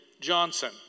Johnson